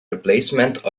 replacement